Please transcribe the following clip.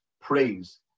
praise